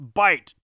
bite